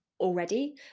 already